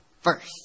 first